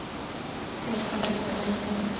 any comments from anybody?